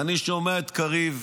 ואני שומע את קריב.